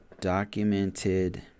documented